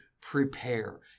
prepare